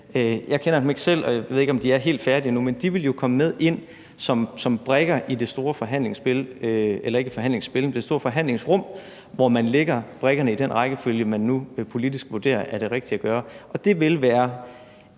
jeg kender dem ikke selv, og jeg ved ikke, om de er helt færdige endnu – vil jo komme med ind som brikker i det store forhandlingsrum, hvor man lægger brikkerne i den rækkefølge, man nu politisk vurderer er det rigtige at gøre. Og det vil være